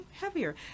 heavier